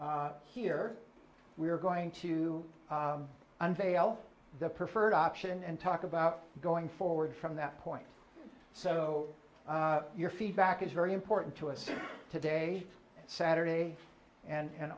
here we are going to unveil the preferred option and talk about going forward from that point so your feedback is very important to us today saturday and